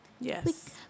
Yes